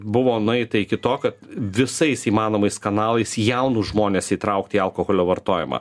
buvo nueita iki to kad visais įmanomais kanalais jaunus žmones įtraukti į alkoholio vartojimą